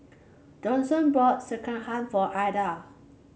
Dawson bought Sekihan for Adah